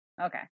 Okay